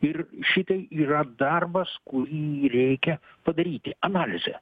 ir šitai yra darbas kurį reikia padaryti analizė